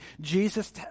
Jesus